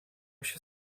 się